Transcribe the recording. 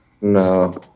No